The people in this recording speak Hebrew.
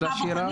שירה.